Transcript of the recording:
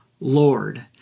Lord